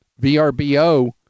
VRBO